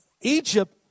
Egypt